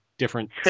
different